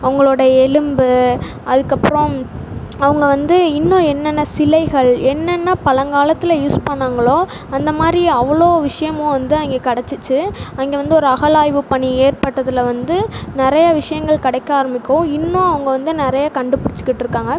அவங்களோட எலும்பு அதுக்கப்புறோம் அவங்க வந்து இன்னும் என்னென்ன சிலைகள் என்னென்ன பழங்காலத்துல யூஸ் பண்ணிணாங்களோ அந்த மாதிரி அவ்வளோ விஷயமும் வந்து அங்கே கிடைச்சிச்சு அங்கே வந்து ஒரு அகழாய்வு பணி ஏற்பட்டதில் வந்து நிறையா விஷயங்கள் கிடைக்க ஆரமிக்கும் இன்னும் அவங்க வந்து நிறையா கண்டுபிடிச்சுக்கிட்டுருக்காங்க